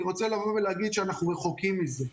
אני רוצה להגיד שאנחנו רחוקים מזה.